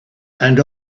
and